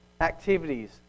activities